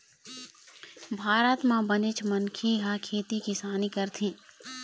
भारत म बनेच मनखे ह खेती किसानी करथे